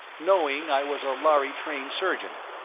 knowing i was a lhari-trained surgeon.